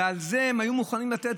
ועל זה הם היו מוכנים לתת,